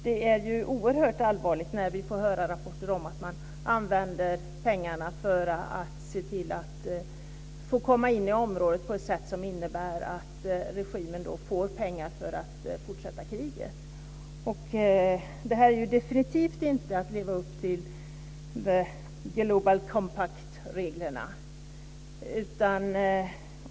Det är oerhört allvarligt när det kommer rapporter om att pengarna används till att se till att man får komma in i området, på så sätt att regimen får pengar för att fortsätta kriget. Detta är definitivt inte att leva upp till Global Compact-reglerna.